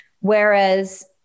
Whereas